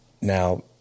Now